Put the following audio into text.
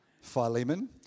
Philemon